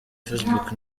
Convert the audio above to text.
facebook